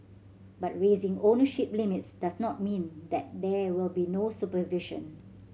but raising ownership limits does not mean that there will be no supervision